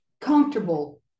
comfortable